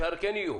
השאר כן יהיו